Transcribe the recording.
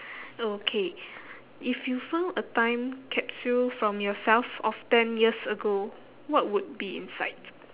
okay if you found a time capsule from yourself of ten years ago what would be inside